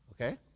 Okay